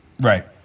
Right